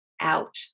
out